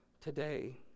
today